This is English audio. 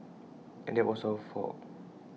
and that was our fault